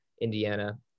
Indiana